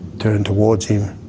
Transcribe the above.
turned towards him